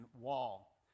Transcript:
wall